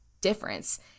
difference